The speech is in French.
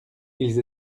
ils